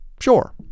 sure